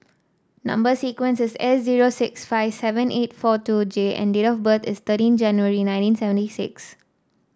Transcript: number sequence is S zero six five seven eight four two J and date of birth is thirteen January nineteen seventy six